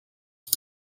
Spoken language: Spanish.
day